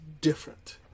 different